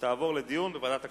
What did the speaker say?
ותעבור לדיון בוועדת הכספים.